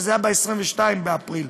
שהיה ב-22 באפריל.